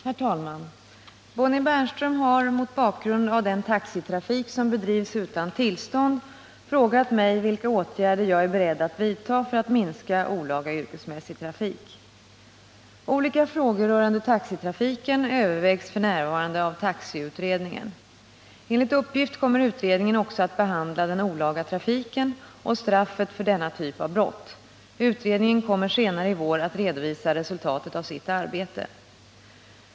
Herr talman! Bonnie Bernström har, mot bakgrund av den taxitrafik som bedrivs utan tillstånd, frågat mig vilka åtgärder jag är beredd att vidta för att minska olaga yrkesmässig trafik. Olika frågor rörande taxitrafiken övervägs f.n. av taxiutredningen . Enligt uppgift kommer utredningen också att behandla den olaga trafiken och straffet för denna typ av brott. Utredningen kommer senare i vår att redovisa resultatet av sitt arbete.